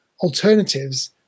alternatives